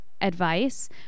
advice